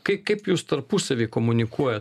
kaip kaip jūs tarpusavy komunikuojat